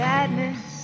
Sadness